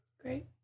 Great